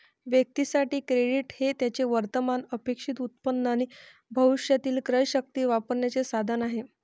व्यक्तीं साठी, क्रेडिट हे त्यांचे वर्तमान अपेक्षित उत्पन्न आणि भविष्यातील क्रयशक्ती वापरण्याचे साधन आहे